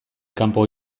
kanpo